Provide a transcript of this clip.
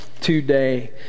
today